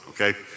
okay